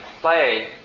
play